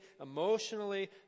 emotionally